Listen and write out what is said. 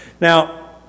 Now